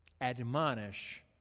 Admonish